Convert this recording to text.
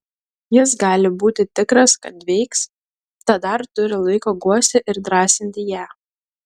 jis gali būti tikras kad veiks tad dar turi laiko guosti ir drąsinti ją